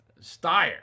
Steyer